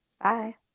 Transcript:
Bye